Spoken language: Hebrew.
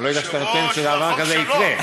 אולי אתה דווקא רוצה שדבר כזה יקרה.